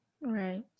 right